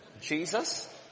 Jesus